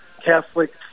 Catholic